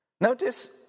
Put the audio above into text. Notice